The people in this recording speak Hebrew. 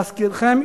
להזכירכם,